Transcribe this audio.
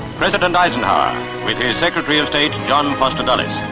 president eisenhower secretary of state john foster dulles.